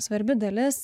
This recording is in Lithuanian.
svarbi dalis